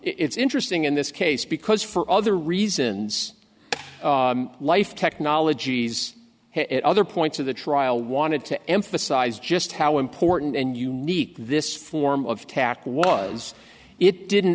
it's interesting in this case because for other reasons life technologies and other points of the trial wanted to emphasize just how important and unique this form of tack was it didn't